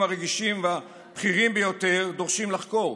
הרגישים והבכירים ביותר דורשים לחקור.